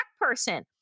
person